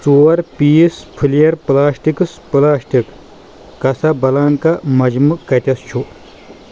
ژور piece flair plastics plastic Casablanca مجمہٕ کتیتھ چھُ ؟